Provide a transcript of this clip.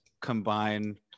combine